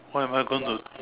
what am I going to